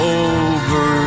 over